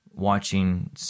Watching